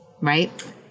right